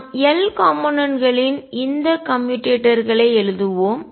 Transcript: நாம் L component களின் கூறுகள் இந்த கம்யூட்டேட்டர் களை எழுதுவோம்